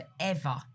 forever